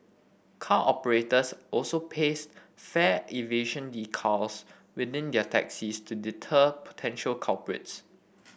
car operators also paste fare evasion decals within their taxis to deter potential culprits